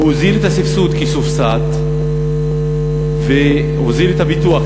הוא הוזיל את הסבסוד כי סובסד הוזיל את הביטוח,